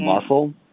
muscle